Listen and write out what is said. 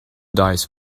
dice